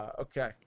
Okay